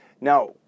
Now